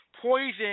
poison